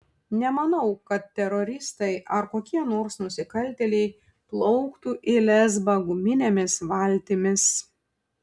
nemanau kad teroristai ar kokie nors nusikaltėliai plauktų į lesbą guminėmis valtimis